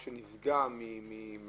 יכול להיות שיש